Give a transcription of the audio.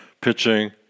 pitching